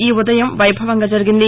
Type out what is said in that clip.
ఈ ఉదయం వైభవంగా జరిగింది